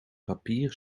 papier